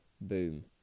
boom